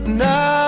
now